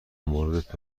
موردت